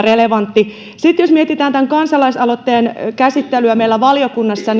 relevanttia sitten jos mietitään tämän kansalaisaloitteen käsittelyä meillä valiokunnassa